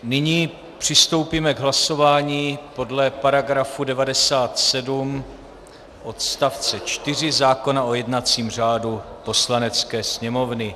Nyní přistoupíme k hlasování podle § 97 odstavce 4 zákona o jednacím řádu Poslanecké sněmovny.